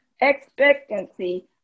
expectancy